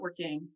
networking